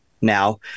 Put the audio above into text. Now